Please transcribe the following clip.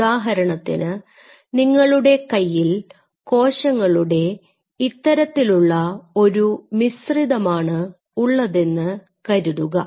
ഉദാഹരണത്തിന് നിങ്ങളുടെ കയ്യിൽ കോശങ്ങളുടെ ഇത്തരത്തിലുള്ള ഒരു മിശ്രിതമാണ് ഉള്ളതെന്നു കരുതുക